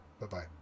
Bye-bye